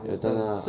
有灯 lah